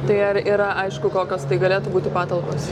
tai ar yra aišku kokios tai galėtų būti patalpos